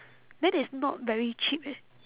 that is not very cheap eh